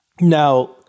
Now